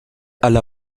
hala